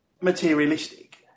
materialistic